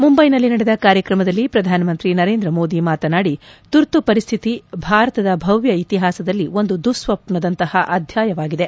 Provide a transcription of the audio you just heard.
ಮುಂಬೈನಲ್ಲಿ ನಡೆದ ಕಾರ್ಯಕ್ರಮದಲ್ಲಿ ಪ್ರಧಾನಮಂತ್ರಿ ನರೇಂದ್ರ ಮೋದಿ ಮಾತನಾಡಿ ತುರ್ತು ಪರಿಸ್ತಿತಿ ಭಾರತದ ಭವ್ಯ ಇತಿಹಾಸದಲ್ಲಿ ಒಂದು ದುಸ್ವಪ್ನದಂತಹ ಅಧ್ಯಾಯವಾಗಿದೆ